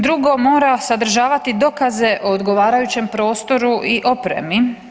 Drugo, mora sadržavati dokaze o odgovarajućem prostoru i opremi.